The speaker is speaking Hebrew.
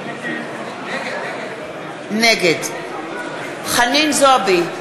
נגד חנין זועבי,